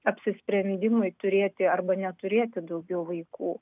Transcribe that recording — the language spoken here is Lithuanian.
apsisprendimui turėti arba neturėti daugiau vaikų